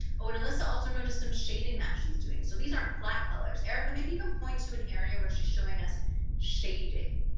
oh and alissa also noticed some shading that she's doing so these aren't flat colors erica maybe even point to an area where she's showing us shading